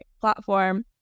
platform